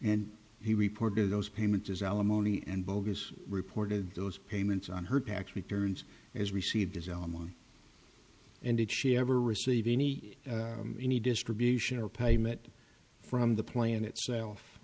and he reported those payments as alimony and bogus reported those payments on her tax returns as received his own and did she ever receive any any distribution or payment from the plan itself